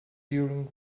during